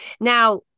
Now